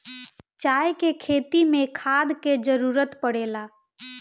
चाय के खेती मे खाद के जरूरत पड़ेला